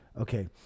Okay